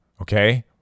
Okay